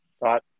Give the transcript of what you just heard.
right